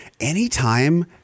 anytime